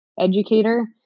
educator